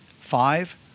Five